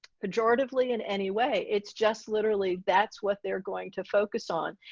pejoratively in anyway. it's just literally that's what they're going to focus on.